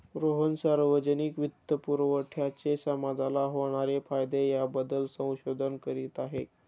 रोहन सार्वजनिक वित्तपुरवठ्याचे समाजाला होणारे फायदे याबद्दल संशोधन करीत आहे